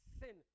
sin